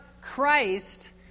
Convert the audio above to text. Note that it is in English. Christ